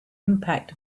impact